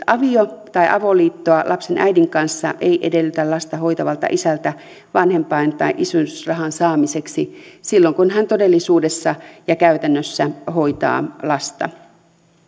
avio tai avoliittoa lapsen äidin kanssa ei edellytetä lasta hoitavalta isältä vanhempain tai isyysrahan saamiseksi silloin kun hän todellisuudessa ja käytännössä hoitaa lasta